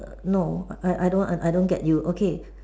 err no I I don't I don't get you okay